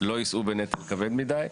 לא יישאו בנטל כבד מדי.